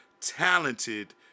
talented